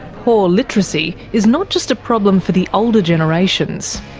poor literacy is not just a problem for the older generations.